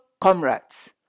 comrades